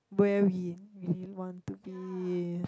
where we really want to be